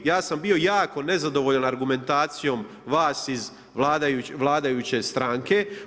Ja sam bio jako nezadovoljan argumentacijom vas iz vladajuće stranke.